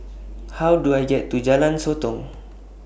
How Do I get to Jalan Sotong